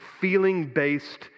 feeling-based